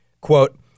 Quote